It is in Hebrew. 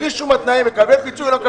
בלי שום התניה אם הוא מקבל פיצוי או לא,